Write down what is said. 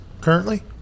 currently